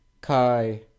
Kai